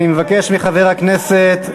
אני מבקש מחבר הכנסת,